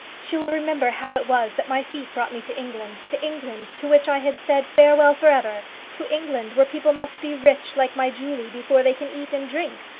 she will remember how it was that my feet brought me to england to england, to which i had said farewell for ever to england, where people must be rich like my julie before they can eat and drink.